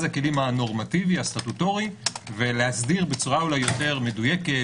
הכלים הנורמטיבי הסטטוטורי ולהסדיר בצורה יותר מדויקת